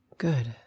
Good